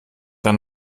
dann